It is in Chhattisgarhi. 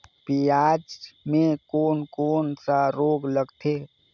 पियाज मे कोन कोन सा रोग लगथे?